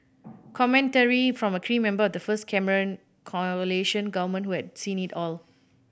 commentary from a key member of the first Cameron coalition government who had seen it all